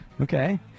Okay